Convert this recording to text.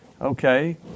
okay